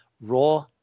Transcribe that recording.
Raw